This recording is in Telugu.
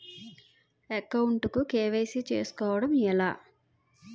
అకౌంట్ కు కే.వై.సీ చేసుకోవడం ఎలా?